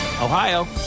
Ohio